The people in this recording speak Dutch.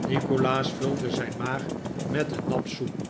nikolaas vulde zijn maag met een nap soep